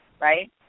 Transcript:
right